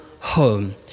home